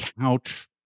couch